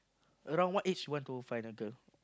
around what age you want to find a girl